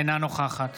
אינה נוכחת